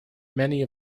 many